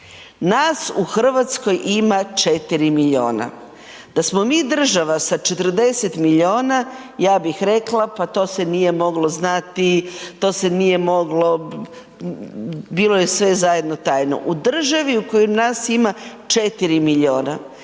nas u RH ima 4 milijuna, da smo mi država sa 40 milijuna ja bih rekla, pa to se nije moglo znati, to se nije moglo, bilo je sve zajedno tajno. U državi u kojoj nas ima 4 milijuna